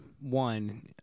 one